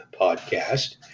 podcast